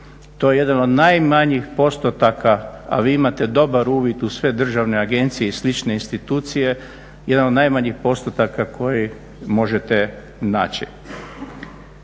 To je jedan od najmanjih postotaka, a vi imate dobar uvid u sve državne agencije i slične institucije. Jedan od najmanjih postotaka koji možete naći.